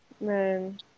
Man